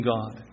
God